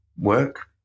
work